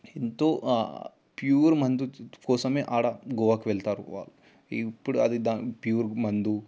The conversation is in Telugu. ఎంతో ప్యూర్ మందు కోసమే అక్కడ గోవాకు వెళ్తారు వాళ్ళు ఇప్పుడు అది దాని ప్యూర్ మందు